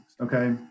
okay